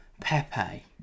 Pepe